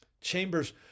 Chambers